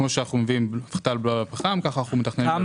כמו שאנחנו מביאים הפחתה על בלו על הפחם ככה אנחנו